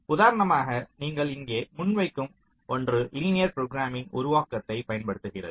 உதாரணமாக நீங்கள் இங்கே முன்வைக்கும் ஒன்று லீனியர் புரோகிராமிங் உருவாக்கத்தை பயன்படுத்துகிறது